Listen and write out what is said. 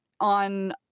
on